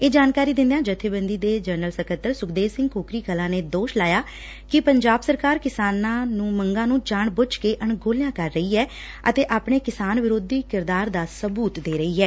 ਇਹ ਜਾਣਕਾਰੀ ਦਿੰਦਿਆਂ ਜਥੇਬੰਦੀ ਦੇ ਜਨਰਲ ਸਕੱਤਰ ਸੁਖਦੇਵ ਸਿੰਘ ਕੋਕਰੀ ਕਲਾਂ ਨੇ ਦੋਸ਼ ਲਾਇਆ ਕਿ ਪੰਜਾਬ ਸਰਕਾਰ ਕਿਸਾਨ ਮੰਗਾਂ ਨੂੰ ਜਾਣਬੁੱਝ ਕੇ ਅਣਗੌਲਿਆਂ ਕਰ ਰਹੀ ਐ ਅਤੇ ਆਪਣੇ ਕਿਸਾਨ ਵਿਰੋਧੀ ਕਿਰਦਾਰ ਦਾ ਸਬੁਤ ਦੇ ਰਹੀ ਐ